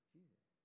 Jesus